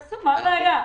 תעשו, מה הבעיה?